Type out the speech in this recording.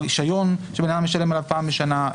רישיון שאדם משלם עליו פעם בשנה,